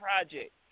project